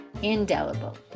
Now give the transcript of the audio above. indelible